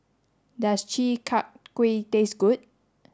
does Chi Kak Kuih taste good